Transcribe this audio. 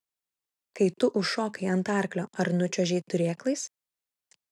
kai tu užšokai ant arklio ar nučiuožei turėklais